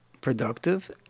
productive